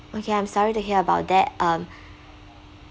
okay I'm sorry to hear about that um